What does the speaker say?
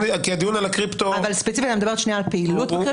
אבל אני מדברת שנייה על פעילות הקריפטו.